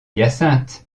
hyacinthe